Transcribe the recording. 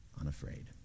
unafraid